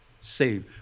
save